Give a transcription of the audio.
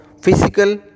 physical